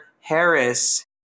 Harris